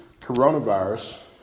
coronavirus